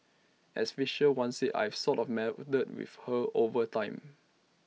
as Fisher once said I've sort of met with her with her over time